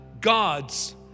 God's